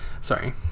Sorry